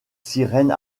sirène